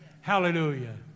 Hallelujah